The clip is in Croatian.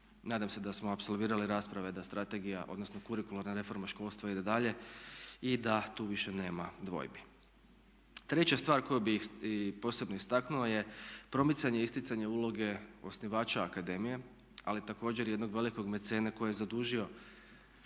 Nadam se da smo apsolvirali rasprave da strategija, odnosno kurikularna reforma školstva ide dalje i da tu više nema dvojbi. Treća stvar koju bih posebno istaknuo je promicanje, isticanje uloge osnivača akademija, ali također i jednog velikog mecena koji je zadužio